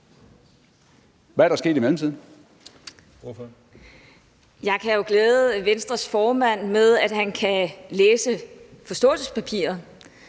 Jeg kan jo glæde Venstres formand med, at han kan læse forståelsespapiret.